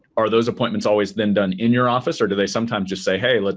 are those appointments always been done in your office or do they sometimes just say, hey, like